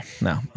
No